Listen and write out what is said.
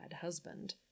husband